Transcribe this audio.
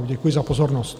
Děkuji za pozornost.